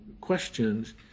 questions